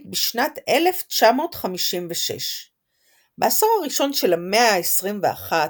בשנת 1956. בעשור הראשון של המאה ה-21,